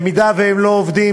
במידה שהם לא עובדים,